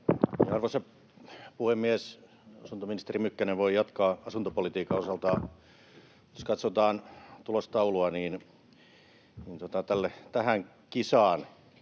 Arvoisa puhemies! Asuntoministeri Mykkänen voi jatkaa asuntopolitiikan osalta. Jos katsotaan tulostaulua, niin tähän kisaan,